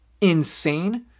insane